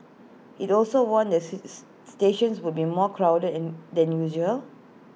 IT also warned that stations would be more crowded and than usual